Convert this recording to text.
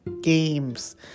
games